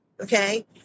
Okay